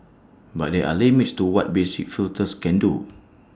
but there are limits to what basic filters can do